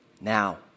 now